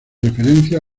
referencias